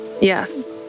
Yes